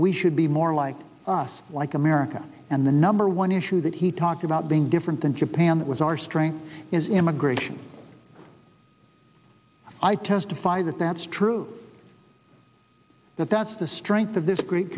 we should be more like us like america and the number one issue that he talked about being different than japan that was our strength is immigration i testify that that's true but that's the strength of this great